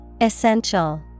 Essential